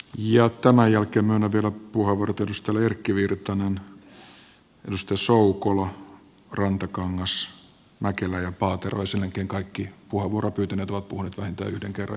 tämän jälkeen myönnän vielä puheenvuorot edustajille erkki virtanen soukola rantakangas mäkelä ja paatero ja sen jälkeen kaikki puheenvuoroa pyytäneet ovat puhuneet vähintään yhden kerran